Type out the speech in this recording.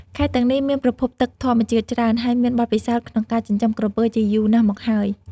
ខេត្តទាំងនេះមានប្រភពទឹកធម្មជាតិច្រើន ហើយមានបទពិសោធន៍ក្នុងការចិញ្ចឹមក្រពើជាយូរណាស់មកហើយ។